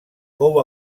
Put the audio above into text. fou